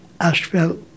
Asphalt